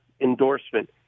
endorsement